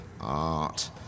art